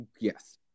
Yes